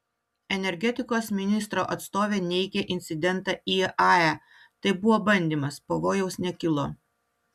energetikos ministro atstovė neigia incidentą iae tai buvo bandymas pavojaus nekilo